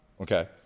okay